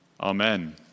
amen